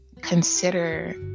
consider